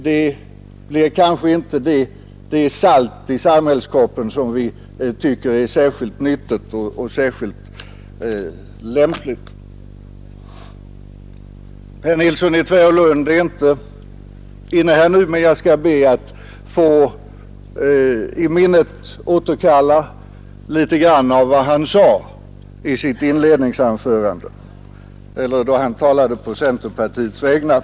De blir kanske inte det salt i samhällskroppen som vi tycker är särskilt nyttigt och särskilt lämpligt. Herr Nilsson i Tvärålund är inte inne i kammaren nu, men jag skall be att få i minnet återkalla litet av vad han sade då han talade på centerpartiets vägnar.